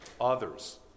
others